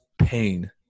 pain